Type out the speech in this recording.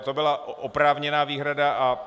To byla oprávněná výhrada.